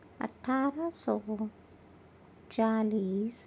اٹھارہ سو چالیس